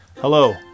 Hello